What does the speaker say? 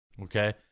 okay